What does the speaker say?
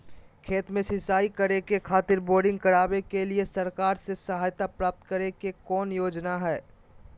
खेत में सिंचाई करे खातिर बोरिंग करावे के लिए सरकार से सहायता प्राप्त करें के कौन योजना हय?